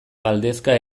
galdezka